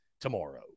tomorrow